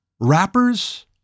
rappers